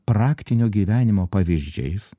praktinio gyvenimo pavyzdžiais